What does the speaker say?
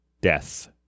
death